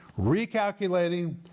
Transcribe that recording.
recalculating